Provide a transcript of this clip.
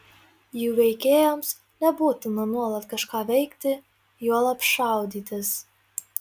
jų veikėjams nebūtina nuolat kažką veikti juolab šaudytis